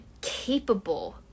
capable